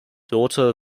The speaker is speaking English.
daughter